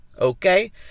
Okay